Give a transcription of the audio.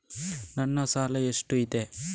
ನನ್ನ ಸಾಲ ಎಷ್ಟು ಇದೆ?